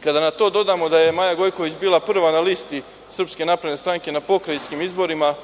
Kada na to dodamo da je Maja Gojković bila prva na listi SNS na pokrajinskim izborima